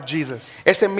Jesus